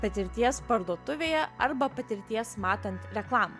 patirties parduotuvėje arba patirties matant reklamą